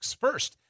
First